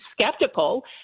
skeptical